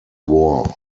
war